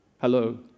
Hello